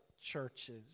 churches